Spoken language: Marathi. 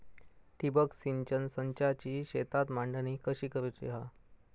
ठिबक सिंचन संचाची शेतात मांडणी कशी करुची हा?